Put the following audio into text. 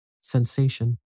sensation